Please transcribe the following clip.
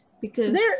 because-